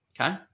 Okay